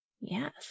Yes